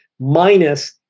minus